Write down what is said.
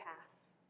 pass